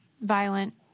violent